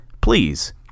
please